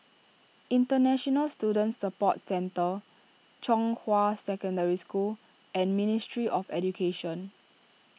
International Student Support Centre Zhonghua Secondary School and Ministry of Education